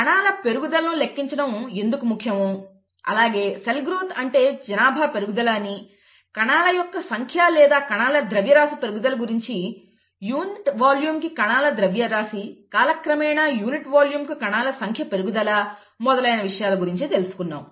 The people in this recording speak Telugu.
కణాల పెరుగుదలను లెక్కించడం ఎందుకు ముఖ్యమో అలాగే సెల్ గ్రోత్ అంటే జనాభా పెరుగుదల అని కణాల యొక్క సంఖ్య లేదా కణాల ద్రవ్యరాశి పెరుగుదల గురించి యూనిట్ వాల్యూమ్కి కణాల ద్రవ్యరాశి కాలక్రమేణా యూనిట్ వాల్యూమ్కు కణాల సంఖ్య పెరుగుదల మొదలైన విషయాలను గురించి తెలుసుకున్నాము